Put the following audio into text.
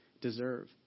deserve